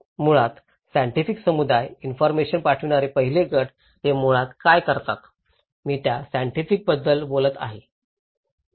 मुळात सायन्टिफिक समुदाय इन्फॉरमेशन पाठविणारे पहिले गट ते मुळात काय करतात मी त्या सायन्टिफिकांबद्दल बोलत आहे